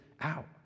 out